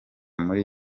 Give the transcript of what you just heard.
muri